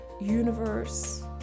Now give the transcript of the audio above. universe